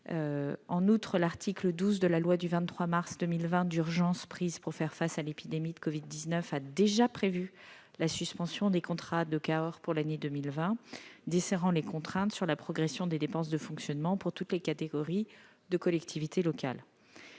En outre, l'article 12 de la loi du 23 mars 2020 d'urgence pour faire face à l'épidémie de Covid-19 prévoit déjà la suspension des contrats de Cahors pour 2020, desserrant ainsi les contraintes sur la progression des dépenses de fonctionnement pour toutes les catégories de collectivités territoriales.